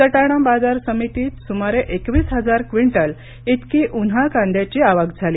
सटाणा बाजार समितीत सुमारे एकवीस हजार क्विंटल इतकी उन्हाळ कांद्याची आवक झाली